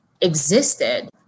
existed